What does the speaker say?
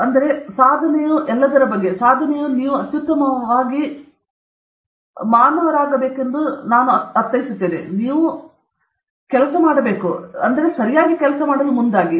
ಆದ್ದರಿಂದ ಸಾಧನೆಯು ಎಲ್ಲದರ ಬಗ್ಗೆ ಸಾಧನೆಯು ಅತ್ಯುತ್ತಮವಾದ ನರಕದ ಬಗ್ಗೆ ನೀವು ಅತ್ಯುತ್ತಮವಾಗಿ ನರಗಳಾಗಬೇಕೆಂದು ನಾನು ಅರ್ಥೈಸುತ್ತೇನೆ ನೀವು ಅತ್ಯುತ್ತಮವಾಗಿ ಒತ್ತಿಹೇಳಬೇಕು ತದನಂತರ ಇದರಿಂದಾಗಿ ನೀವು ಸರಿಯಾಗಿ ಕೆಲಸ ಮಾಡಲು ಮುಂದಾಗುತ್ತೀರಿ